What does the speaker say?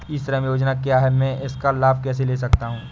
ई श्रम योजना क्या है मैं इसका लाभ कैसे ले सकता हूँ?